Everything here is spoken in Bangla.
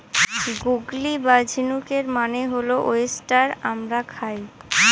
গুগলি বা ঝিনুকের মানে হল ওয়েস্টার আমরা খাই